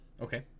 Okay